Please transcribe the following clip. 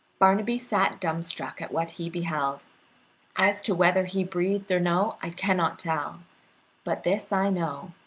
barnaby sat dumb-struck at what he beheld as to whether he breathed or no, i cannot tell but this i know,